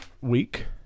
week